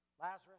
Lazarus